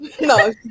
No